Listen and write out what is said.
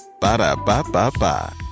Ba-da-ba-ba-ba